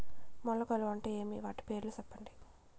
మొలకలు అంటే ఏమి? వాటి పేర్లు సెప్పండి?